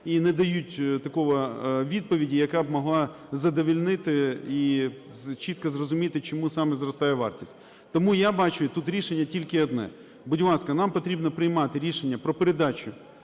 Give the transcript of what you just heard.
і не дають такої відповіді, яка б могла задовольнити і чітко зрозуміти, чому саме зростає вартість. Тому я бачу, і тут рішення тільки одне. Будь ласка, нам потрібно приймати рішення про передачу